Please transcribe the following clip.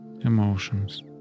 emotions